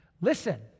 listen